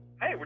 hey